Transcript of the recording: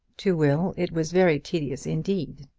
to will it was very tedious indeed,